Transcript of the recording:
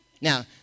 Now